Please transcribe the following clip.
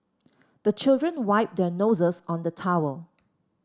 the children wipe their noses on the towel